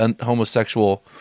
homosexual